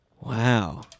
Wow